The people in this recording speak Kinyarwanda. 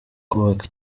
kubaka